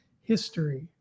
history